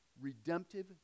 redemptive